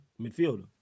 midfielder